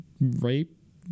rape